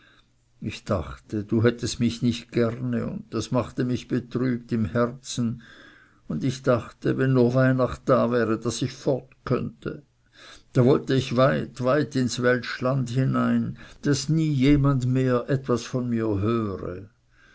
ich dachte du hättest mich nicht gerne und das machte mich betrübt im herzen und ich dachte wenn nur weihnacht da wäre daß ich fort könnte da wollte ich weit weit ins weltschland hinein daß nie jemand mehr etwas von mir höre